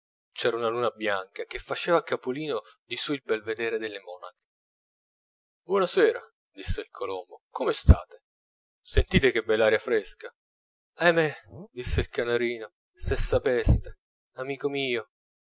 c'era una luna bianca che faceva capolino di su il belvedere delle monache buona sera disse il colombo come state sentite che bell'aria fresca ahimè disse il canarino se sapeste amico mio